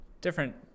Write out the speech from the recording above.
different